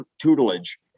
tutelage